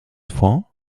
vor